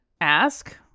ask